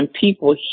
people